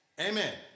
Amen